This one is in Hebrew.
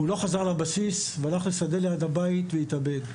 הוא לא חזר לבסיס והלך לשדה ליד הבית והתאבד.